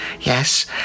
yes